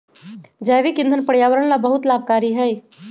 जैविक ईंधन पर्यावरण ला बहुत लाभकारी हई